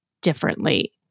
differently